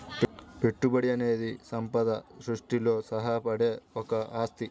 పెట్టుబడి అనేది సంపద సృష్టిలో సహాయపడే ఒక ఆస్తి